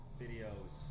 videos